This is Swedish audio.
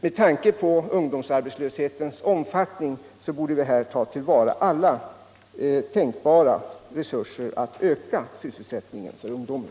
Med tanke på ungdomsarbetslöshetens omfattning borde vi ta till vara alla tänkbara resurser för att kunna öka sysselsättningen åt ungdomen.